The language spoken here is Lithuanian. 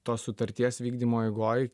tos sutarties vykdymo eigoj